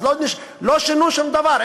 אז לא שינו שום דבר.